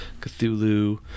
Cthulhu